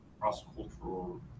cross-cultural